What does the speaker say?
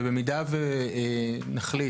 ובמידה שנחליט,